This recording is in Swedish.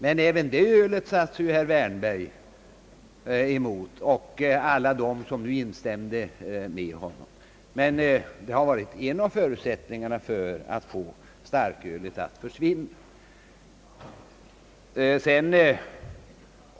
Men även det ölet vänder sig ju herr Wärnberg och alla de som instämde med honom emot, trots att dess införande varit en av förutsättningarna för att konsumtionen av starkölet skulle minska.